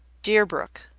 deerbrook,